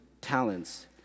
talents